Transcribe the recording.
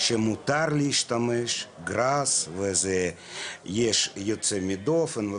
שמותר להשתמש בגראס ושיש יוצאי דופן.